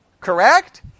Correct